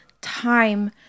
time